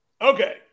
okay